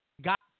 got